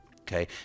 Okay